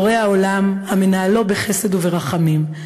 בורא העולם המנהלו בחסד וברחמים,